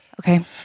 Okay